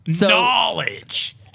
Knowledge